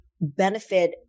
benefit